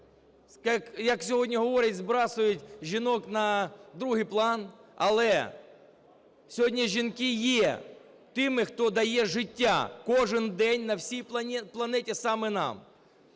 як сьогодні говорять, збрасують жінок на другий план, але сьогодні жінки є тими, хто дає життя кожен день на всій планеті саме нам.